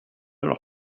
leur